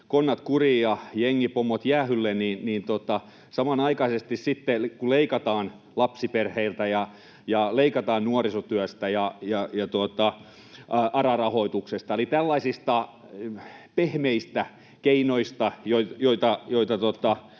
konnat kuriin ja jengipomot jäähylle — samanaikaisesti leikataan lapsiperheiltä, leikataan nuorisotyöstä ja ARA-rahoituksesta eli tällaisista pehmeistä keinoista, joiden